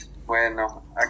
Bueno